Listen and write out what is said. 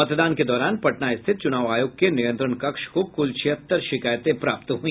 मतदान के दौरान पटना स्थित चुनाव आयोग के नियंत्रण कक्ष को कुल छिहत्तर शिकायतें प्राप्त हुई